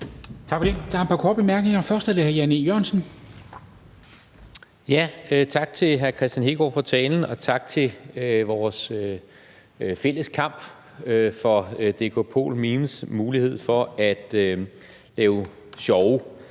Tak for det. Der er et par korte bemærkninger, først er det hr. Jan E. Jørgensen. Kl. 10:59 Jan E. Jørgensen (V): Tak til hr. Kristian Hegaard for talen, og tak for vores fælles kamp for Dkpolmemes' mulighed for at lave sjove